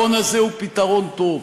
אין חלופה אחרת, והפתרון הזה הוא פתרון טוב.